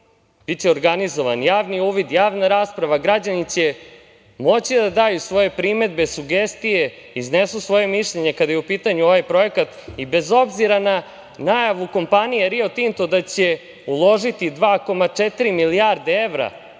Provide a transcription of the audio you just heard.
biće organizovan javni uvid, javna rasprava, građani će moći da daju svoje primedbe, sugestije, iznesu svoje mišljenje kada je u pitanju ovaj projekat i bez obzira na najavu kompanije "Rio Tinto" da će uložiti 2,4 milijarde evra